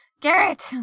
Garrett